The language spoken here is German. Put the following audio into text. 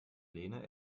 lehne